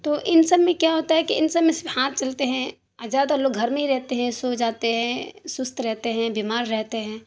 تو ان سب میں کیا ہوتا ہے کہ ان سب میں صرف ہاتھ چلتے ہیں زیادہ تر لوگ گھر میں ہی رہتے ہیں سو جاتے ہیں سست رہتے ہیں بیمار رہتے ہیں